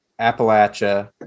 Appalachia